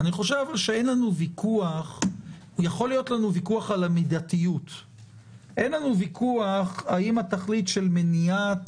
יכול להיות ויכוח על המידתיות אבל אין לנו ויכוח האם התכלית של מניעת